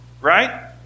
Right